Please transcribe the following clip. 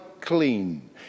clean